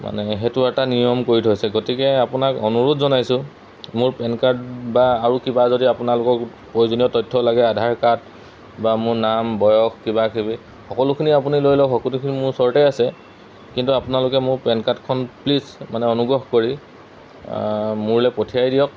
মানে সেইটো এটা নিয়ম কৰি থৈছে গতিকে আপোনাক অনুৰোধ জনাইছোঁ মোৰ পেন কাৰ্ড বা আৰু কিবা যদি আপোনালোকক প্ৰয়োজনীয় তথ্য লাগে আধাৰ কাৰ্ড বা মোৰ নাম বয়স কিবাকিবি সকলোখিনি আপুনি লৈ লওক সকলোখিনি মোৰ ওচৰতে আছে কিন্তু আপোনালোকে মোৰ পেন কাৰ্ডখন প্লিজ মানে অনুগ্ৰহ কৰি মোলৈ পঠিয়াই দিয়ক